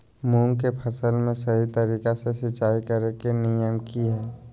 मूंग के फसल में सही तरीका से सिंचाई करें के नियम की हय?